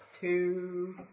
Two